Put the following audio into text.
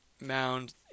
mound